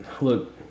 Look